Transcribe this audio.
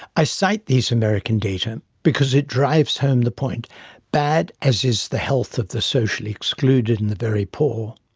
i cite these american data because it drives home the point bad as is the health of the socially excluded and the very poor,